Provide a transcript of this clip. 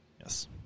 Yes